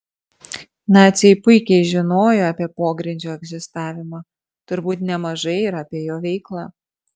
naciai puikiai žinojo apie pogrindžio egzistavimą turbūt nemažai ir apie jo veiklą